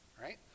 Right